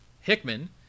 Hickman